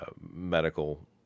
medical